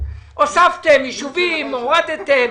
הוספתם יישובים, הורדתם.